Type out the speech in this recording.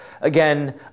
again